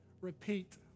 repeat